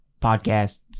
podcasts